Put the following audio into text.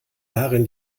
darin